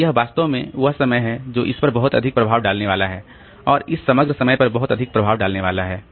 तो यह वास्तव में वह समय है जो इस पर बहुत अधिक प्रभाव डालने वाला है और इस समग्र समय पर बहुत अधिक प्रभाव डालने वाला है